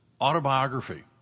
autobiography